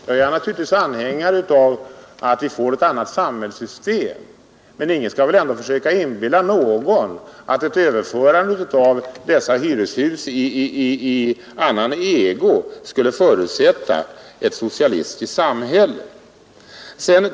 Jag är naturligtvis anhängare av att vi får ett annat samhällssystem, men ingen skall väl ändå försöka inbilla någon att ett överförande av dessa hyreshus i annan ägo skulle förutsätta ett socialistiskt samhälle.